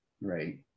right